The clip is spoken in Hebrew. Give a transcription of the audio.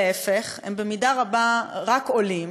להפך, הם במידה רבה רק עולים,